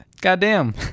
Goddamn